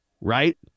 Right